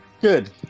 Good